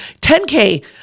10K